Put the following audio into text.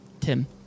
Tim